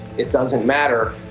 it doesn't matter.